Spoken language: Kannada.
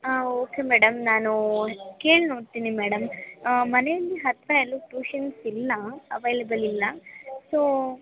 ಹಾಂ ಓಕೆ ಮೇಡಮ್ ನಾನು ಕೇಳಿ ನೋಡ್ತೀನಿ ಮೇಡಮ್ ಮನೇಲಿ ಹತ್ತಿರ ಎಲ್ಲು ಟ್ಯೂಷನ್ಸ್ ಇಲ್ಲ ಅವೈಲೇಬಲ್ ಇಲ್ಲ ಸೋ